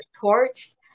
torch